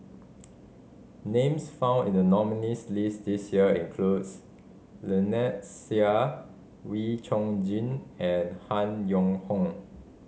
names found in the nominees' list this year includes Lynnette Seah Wee Chong Jin and Han Yong Hong